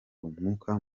umwuka